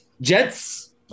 Jets